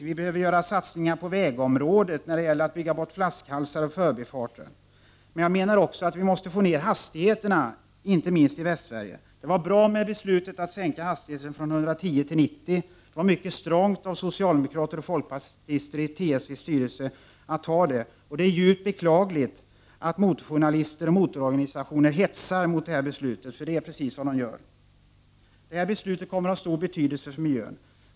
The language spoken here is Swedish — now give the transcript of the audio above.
Vi behöver göra satsningar på vägområdet i fråga om att åtgärda problemen med flaskhalsar och förbifarter. Vi måste också få ner hastigheterna, inte minst i Västsverige. Beslutet att sänka hastigheten från 110 km/tim. till 90 var bra. Det var mycket starkt gjort av socialdemokrater och folkpartister i trafiksäkerhetsverkets styrelse att fatta detta beslut. Det är djupt beklagligt att motorjournalister och motororganisationer hetsar emot detta beslut — det är nämligen precis vad man nu gör. Detta beslut kommer att ha stor betydelse för miljön.